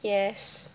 yes